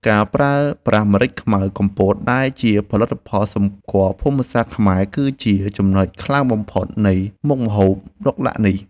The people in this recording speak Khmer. ការប្រើប្រាស់ម្រេចខ្មៅកំពតដែលជាផលិតផលសម្គាល់ភូមិសាស្ត្រខ្មែរគឺជាចំណុចខ្លាំងបំផុតនៃមុខម្ហូបឡុកឡាក់នេះ។